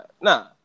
nah